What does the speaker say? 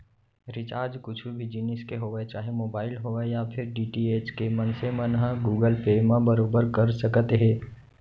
recharge कुछु भी जिनिस के होवय चाहे मोबाइल होवय या फेर डी.टी.एच के मनसे मन ह गुगल पे म बरोबर कर सकत हे